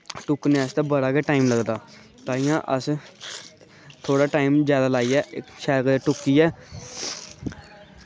टुक्कनै आस्तै बड़ा गै टाईम लगदा ताहियें अस थोह्ड़ा टाईम जादै लाइयै शैल करियै टुक्कियै